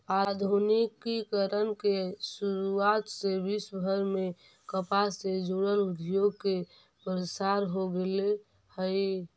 आधुनिकीकरण के शुरुआत से विश्वभर में कपास से जुड़ल उद्योग के प्रसार हो गेल हई